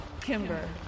Kimber